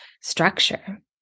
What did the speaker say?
structure